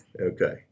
Okay